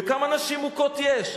וכמה נשים מוכות יש?